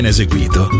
eseguito